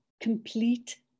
complete